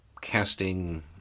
casting